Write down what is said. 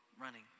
running